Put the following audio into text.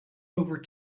over